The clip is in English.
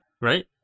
Right